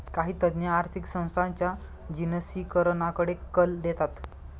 काही तज्ञ आर्थिक संस्थांच्या जिनसीकरणाकडे कल देतात